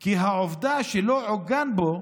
כי העובדה שעקרון זה לא עוגן בו,